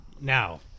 now